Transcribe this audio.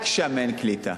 רק שם אין קליטה.